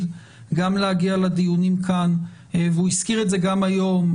גם להגיע לדיונים כאן והוא הזכיר את זה גם היום,